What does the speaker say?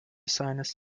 seines